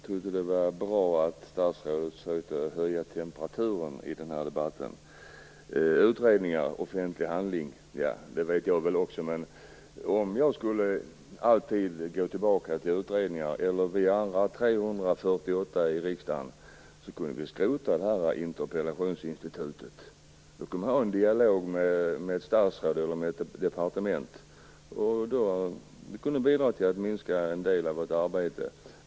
Herr talman! Jag tycker att det var bra att statsrådet försökte höja temperaturen i den här debatten. Utredningar är offentliga handlingar, det vet väl jag också. Men om jag alltid skulle gå tillbaka till utredningar, och de andra 348 ledamöterna i riksdagen likaså, då kunde vi skrota interpellationsinstitutet. Då kunde vi ha en dialog med statsråd eller departement. Det skulle kunna bidra till att minska en del av vårt arbete.